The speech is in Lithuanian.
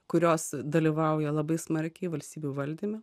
kurios dalyvauja labai smarkiai valstybių valdyme